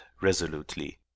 resolutely